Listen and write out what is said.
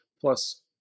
plus